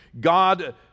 God